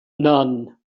none